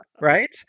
right